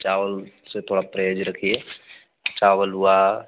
चावल से थोड़ा परहेज रखिए चावल हुआ